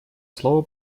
слово